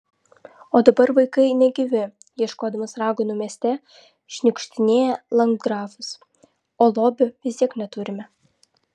o dabar vaikai negyvi ieškodamas raganų mieste šniukštinėja landgrafas o lobio vis tiek neturime